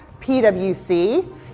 PWC